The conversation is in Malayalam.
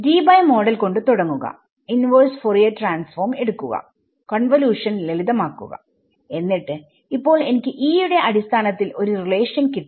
ഡീബൈ മോഡൽ കൊണ്ട് തുടങ്ങുക ഇൻവെർസ് ഫോറിയർ ട്രാൻഫോം എടുക്കുക കോൺവോല്യൂഷൻ ലളിതമാക്കുക എന്നിട്ട് ഇപ്പോൾ എനിക്ക് E യുടെ അടിസ്ഥാനത്തിൽ ഒരു റിലേഷൻ കിട്ടി